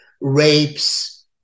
rapes